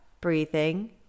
breathing